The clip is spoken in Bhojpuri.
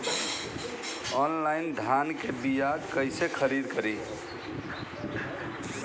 आनलाइन धान के बीया कइसे खरीद करी?